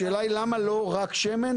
השאלה היא: למה לא רק שמן?